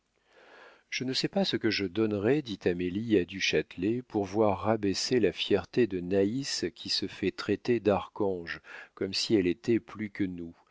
je ne sais pas ce que je donnerais dit amélie à du châtelet pour voir rabaisser la fièreté de naïs qui se fait traiter d'archange comme si elle était plus que nous